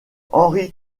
henri